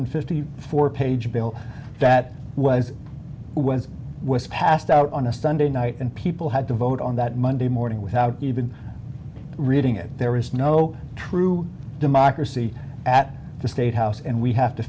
fifty four page bill that was when i was passed out on a sunday night and people had to vote on that monday morning without even reading it there is no true democracy at the state house and we have to